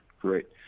great